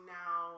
now